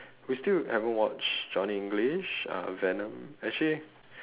we still haven't watched Johnny english uh venom actually